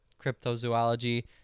cryptozoology